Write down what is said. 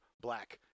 black